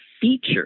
feature